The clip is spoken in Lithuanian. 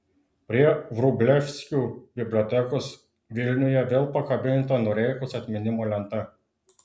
prie vrublevskių bibliotekos vilniuje vėl pakabinta noreikos atminimo lenta